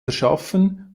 verschaffen